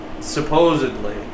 Supposedly